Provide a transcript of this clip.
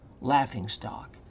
laughingstock